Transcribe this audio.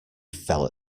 fell